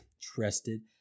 trusted